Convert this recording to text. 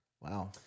Wow